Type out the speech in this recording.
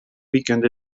weekend